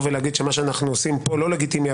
ולהגיד שמה שאנחנו עושים פה הוא לא לגיטימי,